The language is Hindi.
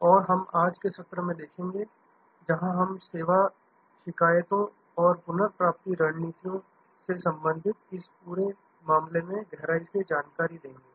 और हम आज के सत्र से देखेंगे जहां हम सेवा शिकायतों और पुनर्प्राप्ति रणनीतियों से संबंधित इस पूरे मामले में गहराई से जानकारी देंगे